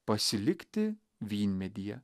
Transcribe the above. pasilikti vynmedyje